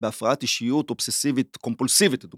בהפרעת אישיות אובססיבית קומפולסיבית.